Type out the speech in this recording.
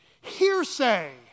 Hearsay